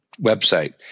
website